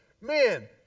man